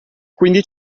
quindi